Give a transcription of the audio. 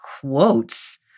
quotes